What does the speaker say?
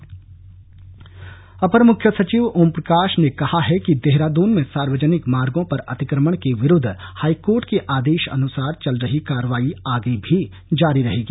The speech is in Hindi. अतिक्रमण अपर मुख्य सचिव ओमप्रकाश ने कहा है कि देहरादून में सार्वजनिक मार्गो पर अतिक्रमण के विरुद्व हाईकोर्ट के आदेशानुसार चल रही कार्रवाई आगे भी जारी रहेगी